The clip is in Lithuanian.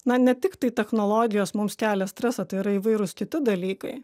na ne tiktai technologijos mums kelia stresą tai yra įvairūs kiti dalykai